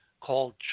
called